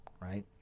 right